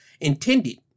intended